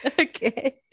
Okay